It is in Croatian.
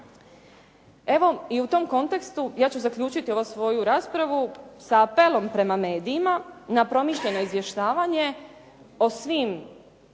Evo, i u tom kontekstu, ja ću zaključiti ovu svoju raspravu sa apelom prema medijima na promišljeno izvještavanje o svim